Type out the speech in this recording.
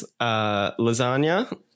lasagna